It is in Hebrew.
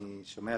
אני מסיים.